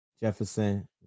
Jefferson